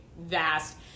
vast